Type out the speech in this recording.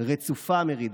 רצופה מרידות.